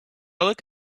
look